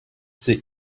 цей